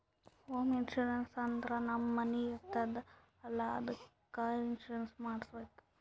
home insurance ಅಂದುರ್ ನಮ್ ಮನಿ ಇರ್ತುದ್ ಅಲ್ಲಾ ಅದ್ದುಕ್ ಇನ್ಸೂರೆನ್ಸ್ ಮಾಡುಸ್ಬೇಕ್